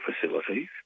facilities